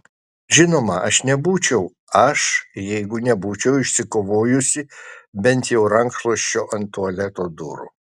žinoma aš nebūčiau aš jeigu nebūčiau išsikovojusi bent jau rankšluosčio ant tualeto durų